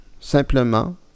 simplement